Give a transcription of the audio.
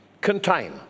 Contain